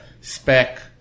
spec